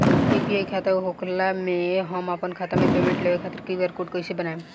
UPI खाता होखला मे हम आपन खाता मे पेमेंट लेवे खातिर क्यू.आर कोड कइसे बनाएम?